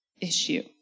issue